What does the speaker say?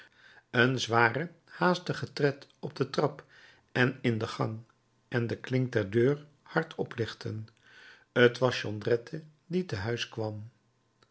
een zwaren haastigen tred op de trap en in de gang en de klink der deur hard oplichten t was jondrette die